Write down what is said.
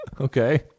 Okay